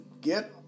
get